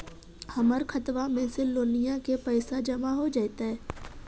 हमर खातबा में से लोनिया के पैसा जामा हो जैतय?